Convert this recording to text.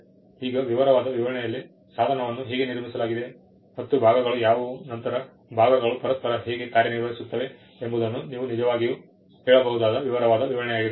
ಈಗ ವಿವರವಾದ ವಿವರಣೆಯಲ್ಲಿ ಸಾಧನವನ್ನು ಹೇಗೆ ನಿರ್ಮಿಸಲಾಗಿದೆ ಮತ್ತು ಭಾಗಗಳು ಯಾವುವು ನಂತರ ಭಾಗಗಳು ಪರಸ್ಪರ ಹೇಗೆ ಕಾರ್ಯನಿರ್ವಹಿಸುತ್ತವೆ ಎಂಬುದನ್ನು ನೀವು ನಿಜವಾಗಿಯೂ ಹೇಳಬಹುದಾದ ವಿವರವಾದ ವಿವರಣೆಯಾಗಿದೆ